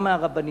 גם מהרבנים,